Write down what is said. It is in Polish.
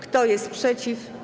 Kto jest przeciw?